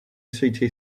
city